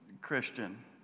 Christian